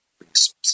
resources